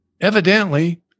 evidently